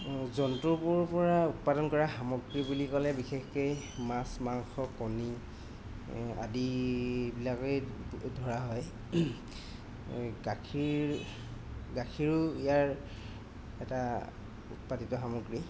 জন্তুবোৰ পৰা উৎপাদন কৰা সামগ্ৰী বুলি ক'লে বিশেষকৈ মাছ মাংস কণী আদিবিলাকেই ধৰা হয় এই গাখীৰ গাখীৰো ইয়াৰ এটা উৎপাদিত সামগ্ৰী